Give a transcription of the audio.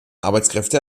arbeitskräfte